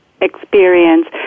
experience